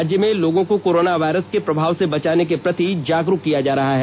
राज्य में लोगों को कोरोना वायरस के प्रभाव से बचने के प्रति जागरूक किया जा रहा है